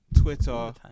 Twitter